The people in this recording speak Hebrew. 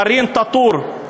דארין טאטור.